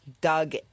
dug